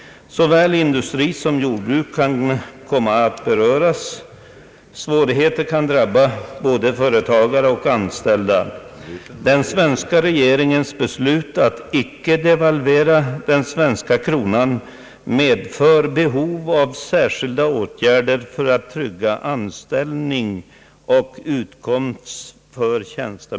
Särskild uppmärksamhet måste riktas på de förluster som blir följden av redan träffade avtal om leveranser av sågverksprodukter med betalning i pund. Detta kan leda till mycket allvarliga likviditetssvårigheter. För den mindre sågverksindustrin kan situationen bli speciellt svår, och följden torde bli driftinskränkningar och företagsnedläggelser. Myndigheterna måste vara beredda att vidtaga sådana åtgärder att arbetslöshet kan förhindras.